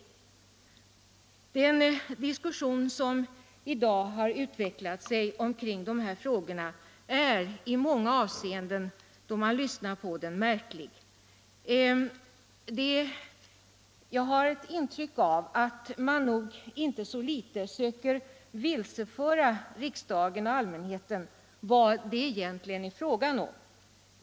Den diskussion som i dag har utvecklat sig kring dessa frågor är i många avseenden märklig. Jag har ett intryck av att man nog inte så litet söker vilseföra riksdagen och allmänheten beträffande vad det egentligen är frågan om.